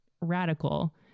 radical